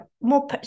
more